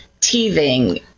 teething